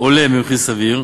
הולם במחיר סביר,